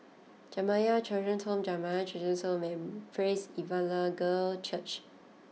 Jamiyah Children's Home Jamiyah Children's Home and Praise Evangelical Church